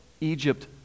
Egypt